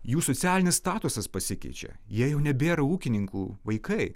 jų socialinis statusas pasikeičia jie jau nebėra ūkininkų vaikai